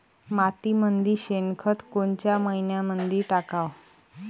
मातीमंदी शेणखत कोनच्या मइन्यामंधी टाकाव?